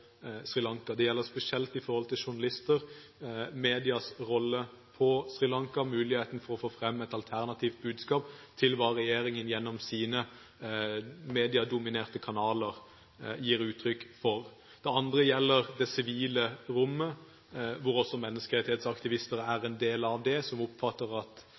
gjelder spesielt i forhold til journalister og medias rolle på Sri Lanka, mulighetene for å få frem et alternativt budskap til det som regjeringen gjennom sine mediedominerte kanaler gir uttrykk for. Det andre gjelder det sivile rommet, som også menneskerettighetsaktivister er en del av. De oppfatter at